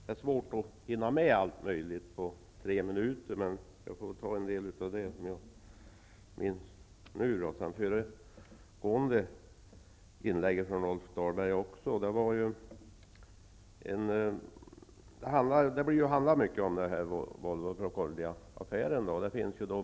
Fru talman! Det är svårt att hinna med allt på tre minuter, men jag får väl ta en del av det jag erinrar mig även från Rolf Dahlbergs föregående inlägg. Det handlar mycket om Volvo--Procordia-affären.